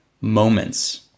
moments